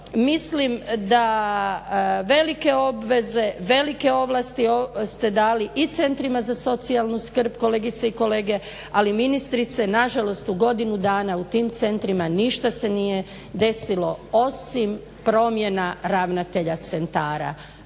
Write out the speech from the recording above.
mislim da velike obveze, velike ovlasti ste dali i centrima za socijalnu skrb kolegice i kolege, ali ministrice nažalost u godinu dana u tim centrima ništa se nije desilo osim promjena ravnatelja centara,